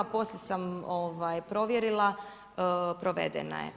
Poslije sam provjerila provedena je.